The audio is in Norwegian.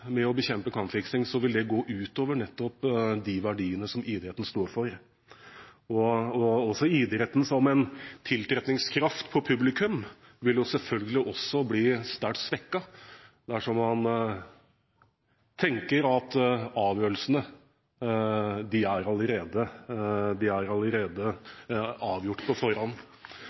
med å bekjempe kampfiksing, vil det gå ut over nettopp de verdiene som idretten står for. Idretten som en tiltrekningskraft på publikum vil selvfølgelig også bli svært svekket dersom man tenker at avgjørelsene er avgjort allerede på forhånd.